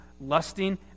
lusting